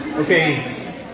Okay